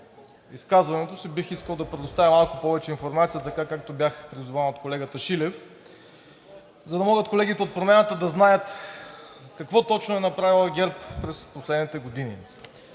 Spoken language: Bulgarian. изказването си бих искал да предоставя малко повече информация, така, както бях призован от колегата Шилев, за да могат колегите от Промяната да знаят какво точно е направила ГЕРБ през последните години.